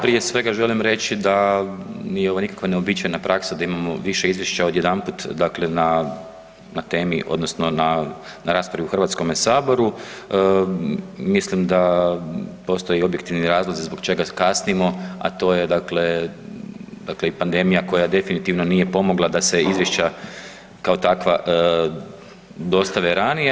Prije svega želim reći da nije ovo nikakva neuobičajena praksa da imamo više izvješća odjedanput na temi odnosno na raspravi u HS-u. mislim da postoji objektivni razlozi zbog čega kasnimo, a to je i pandemija koja definitivno nije pomogla da se izvješća kao takva dostave ranije.